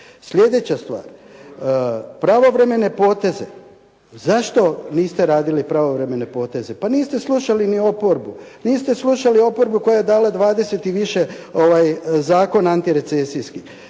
Sljedeća stvar. Pravovremene poteze. Zašto niste radili pravovremene poteze? Pa niste slušali ni oporbu, niste slušali oporbu koja je dala 20 i više zakona antirecesijskih.